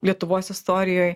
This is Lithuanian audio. lietuvos istorijoj